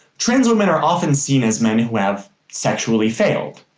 trans women are often seen as men who have sexually failed.